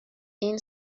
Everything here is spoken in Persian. این